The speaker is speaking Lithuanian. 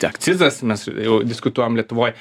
akcizas mes jau diskutuojam lietuvoj